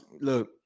Look